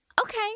Okay